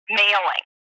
mailing